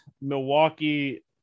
Milwaukee